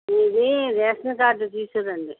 మీది ration card తీసుకురండి